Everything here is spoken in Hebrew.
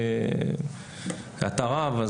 ואתה רב,